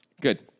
Good